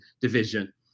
division